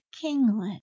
kinglet